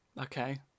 okay